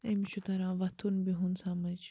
أمِس چھُ تَران وۄتھُن بِہُن سمٕجھ